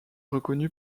reconnue